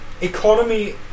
economy